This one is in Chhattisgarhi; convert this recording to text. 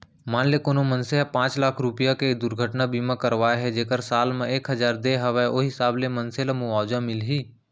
मान ले कोनो मनसे ह पॉंच लाख रूपया के दुरघटना बीमा करवाए हे जेकर साल म एक हजार दे हवय ओ हिसाब ले मनसे ल मुवाजा मिलही